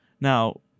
Now